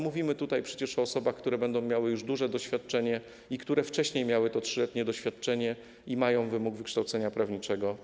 Mówimy tutaj przecież o osobach, które będą miały już duże doświadczenie i które wcześniej miały to trzyletnie doświadczenie, i mają spełniony wymóg wykształcenia prawniczego.